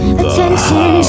attention